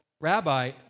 Rabbi